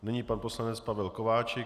Nyní pan poslanec Pavel Kováčik.